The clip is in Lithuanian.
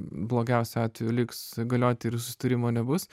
blogiausiu atveju liks galioti ir susitarimo nebus